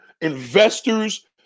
investors